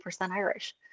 Irish